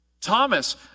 thomas